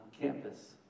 campus